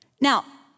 Now